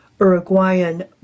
Uruguayan